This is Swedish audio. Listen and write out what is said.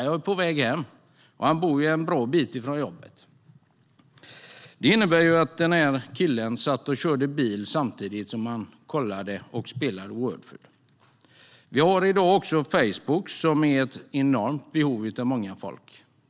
Han var på väg hem, och han bor en bra bit från jobbet. Det innebär att den här killen satt och körde bil samtidigt som han spelade wordfeud.I dag har också många behov av Facebook.